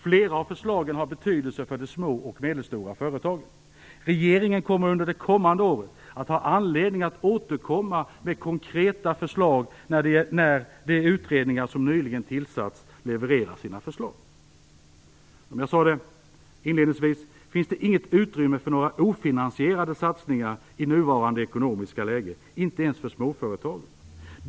Flera av förslagen har betydelse för de små och medelstora företagen. Regeringen kommer under de kommande åren att ha anledning att återkomma med konkreta förslag när de utredningar som nyligen tillsatts levererar sina förslag. Som jag inledningsvis sade, finns det inget utrymme för några ofinansierade satsningar i nuvarande ekonomiska läge - inte ens för småföretag.